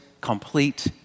complete